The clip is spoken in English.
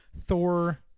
Thor